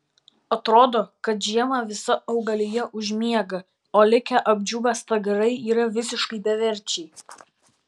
atrodo kad žiemą visa augalija užmiega o likę apdžiūvę stagarai yra visiškai beverčiai